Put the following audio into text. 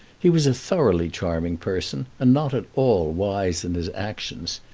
he was a thoroughly charming person, and not at all wise in his actions.